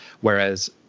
Whereas